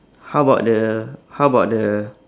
how about the how about the